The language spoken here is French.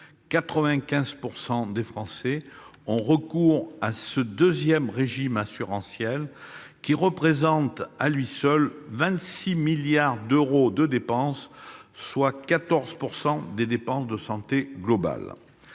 95 % des Français ont recours à ce deuxième régime assurantiel, qui représente à lui seul 26 milliards d'euros, soit 14 % des dépenses de santé globales.